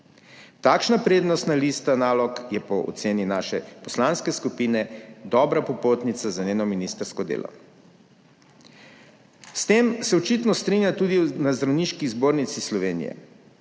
Takšna prednostna lista nalog je po oceni naše poslanske skupine dobra popotnica za njeno ministrsko delo. S tem se očitno strinjajo tudi na Zdravniški zbornici Slovenije.